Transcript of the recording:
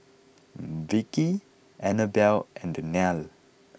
Vicky Annabel and Daniele